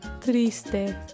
triste